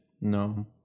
No